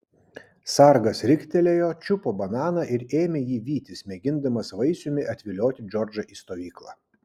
sargas riktelėjo čiupo bananą ir ėmė jį vytis mėgindamas vaisiumi atvilioti džordžą į stovyklą